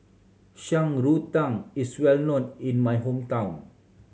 Shan Rui Tang is well known in my hometown